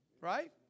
Right